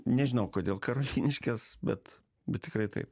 nežinau kodėl karoliniškės bet bet tikrai taip